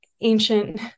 ancient